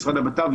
משרד הבט"פ,